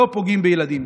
לא פוגעים בילדים.